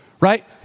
right